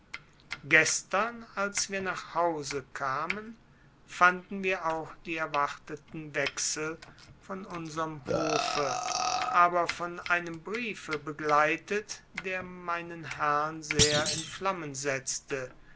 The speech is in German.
gestern als wir nach hause kamen fanden wir auch die erwarteten wechsel von unserm hofe aber von einem briefe begleitet der meinen herrn sehr in flammen setzte